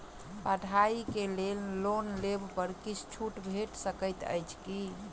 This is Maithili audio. पढ़ाई केँ लेल लोन लेबऽ पर किछ छुट भैट सकैत अछि की?